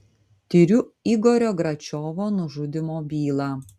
tiriu igorio gračiovo nužudymo bylą